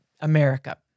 America